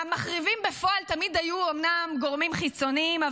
המחריבים בפועל אומנם תמיד היו גורמים חיצוניים,